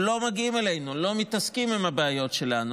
לא מגיעים אלינו, לא מתעסקים עם הבעיות שלנו.